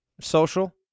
Social